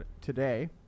today